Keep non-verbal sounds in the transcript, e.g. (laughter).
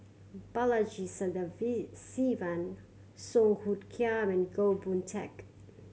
Balaji (unintelligible) Song Hoot Kiam and Goh Boon Teck